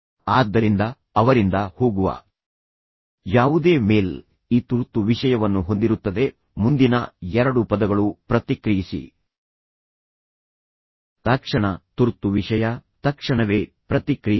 ಆದ್ದರಿಂದ ಅವರಿಂದ ಹೋಗುವ ಯಾವುದೇ ಮೇಲ್ ಈ ತುರ್ತು ವಿಷಯವನ್ನು ಹೊಂದಿರುತ್ತದೆ ಮುಂದಿನ ಎರಡು ಪದಗಳು ಪ್ರತಿಕ್ರಿಯಿಸಿ ತಕ್ಷಣ ತುರ್ತು ವಿಷಯ ತಕ್ಷಣವೇ ಪ್ರತಿಕ್ರಿಯಿಸಿ